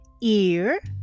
Ear